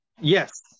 yes